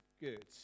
good